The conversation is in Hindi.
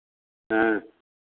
हाँ